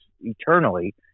eternally